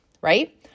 Right